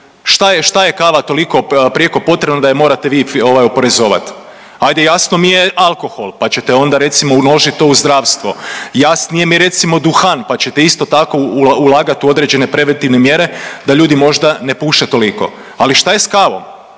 šta je kava toliko prijeko potrebna da je morate vi ovaj oporezovat. Ajde jasno mi je alkohol pa ćete onda recimo uložit to u zdravstvo, jasnije mi je recimo duhan pa ćete isto tako ulagati u određene preventivne mjere da ljudi možda ne puše toliko. Ali šta je s kavom?